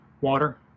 water